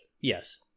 Yes